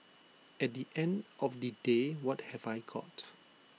at the end of the day what have I got